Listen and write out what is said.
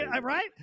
Right